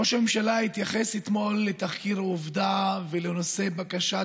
ראש הממשלה התייחס אתמול לתחקיר עובדה ולנושא בקשת